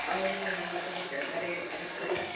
ಹೌದು ಮೇಡಮ್ ಅದ್ರದ್ದು ಖರೆ ಕರೆಕ್ಟ್ ಅದೆ